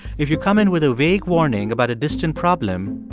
if you come in with a vague warning about a distant problem,